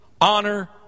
honor